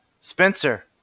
Spencer